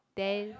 then